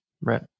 Right